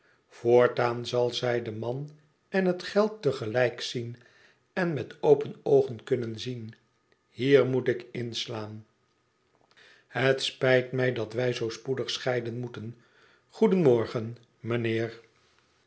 voortaan zal zij den man en het geld tegelijk zien en met open oogen kunnen zien hier moet ik inslaan het spijt mij dat wij zoo spoedig scheiden moeten goedenmorgen mijnheer